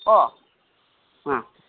ओ हा